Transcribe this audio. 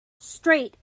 straight